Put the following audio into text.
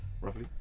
roughly